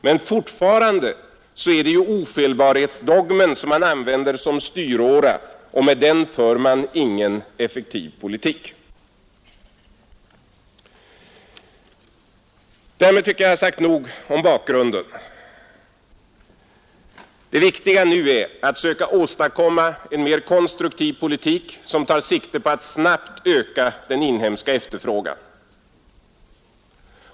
Men fortfarande är det ofelbarhetsdogmen man använder som styråra, och med den för man ingen effektiv politik. Därmed tycker jag att jag har sagt nog om bakgrunden, Det viktiga nu är att söka åstadkomma en mer konstruktiv politik som tar sikte på att snabbt öka den inhemska efterfrågan.